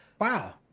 wow